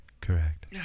Correct